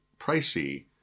pricey